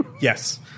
Yes